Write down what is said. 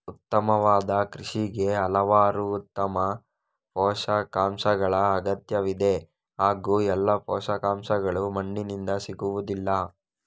ಉತ್ತಮವಾದ ಕೃಷಿಗೆ ಹಲವಾರು ಉತ್ತಮ ಪೋಷಕಾಂಶಗಳ ಅಗತ್ಯವಿದೆ ಹಾಗೂ ಎಲ್ಲಾ ಪೋಷಕಾಂಶಗಳು ಮಣ್ಣಿನಿಂದ ಸಿಗುವುದಿಲ್ಲ